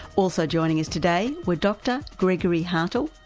also joining us today were dr gregory hartl,